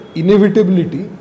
inevitability